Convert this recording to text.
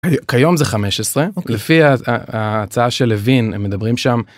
כיום זה 15 לפי ההצעה שלוין מדברים שם.